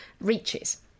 reaches